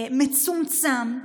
מצומצם,